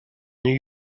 new